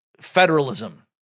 Federalism